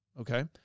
okay